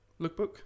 lookbook